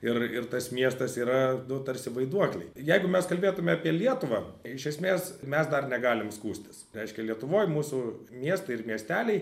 ir ir tas miestas yra nu tarsi vaiduokliai jeigu mes kalbėtume apie lietuvą iš esmės mes dar negalim skųstis reiškia lietuvoj mūsų miestai ir miesteliai